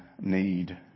need